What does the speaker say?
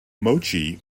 mochi